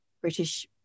British